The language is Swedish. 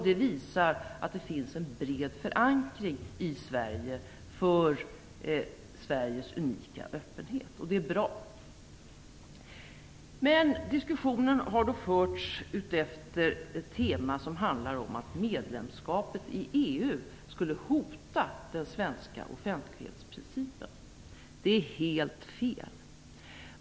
Det visar att det finns en bred förankring i Sverige för Sveriges unika öppenhet. Det är bra. Men diskussionen har förts utefter ett tema som handlar om att medlemskapet i EU skulle hota den svenska offentlighetsprincipen. Det är helt fel.